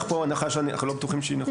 פה הנחה שאנחנו לא בטוחים שהיא נכונה.